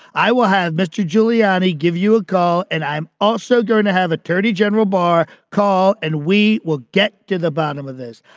i will have mr. giuliani give you a call. and i'm also going to have attorney general bar call, and we will get to the bottom of this.